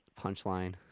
punchline